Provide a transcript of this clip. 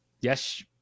Yes